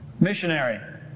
Missionary